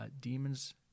demons